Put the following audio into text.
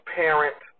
parent